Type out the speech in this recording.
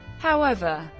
however,